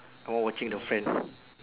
and one watching the friend